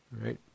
right